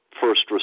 first